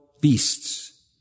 beasts